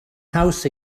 caws